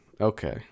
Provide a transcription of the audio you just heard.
okay